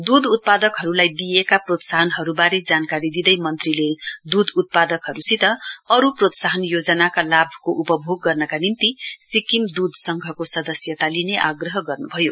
दूध उत्पादहरुलाई दिइएका प्रोत्साहनहरुवारे जानकारी दिँदै मन्त्रीले दूध उत्पादकहरुसित अरु प्रोत्साहन योजनाका लाभको उपभोग गर्नका निम्ति सिक्किम दूध संघ संघको सदस्यता लिने आग्रह गर्नुभयो